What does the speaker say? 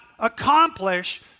accomplish